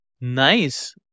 Nice